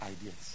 ideas